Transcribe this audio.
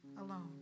alone